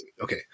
Okay